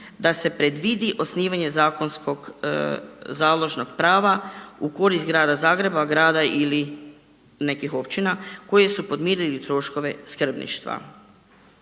da se predvidi osnivanje zakonskog založnog prava u korist grada Zagreba, grada ili nekih općina koji su podmirili troškove skrbništva.